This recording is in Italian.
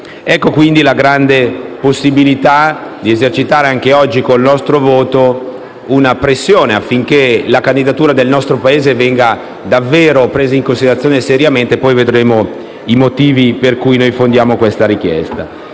Ecco, quindi, la grande possibilità di esercitare anche oggi, con il nostro voto, una pressione affinché la candidatura del nostro Paese venga presa seriamente in considerazione. Poi vedremo i motivi su cui fondiamo questa richiesta.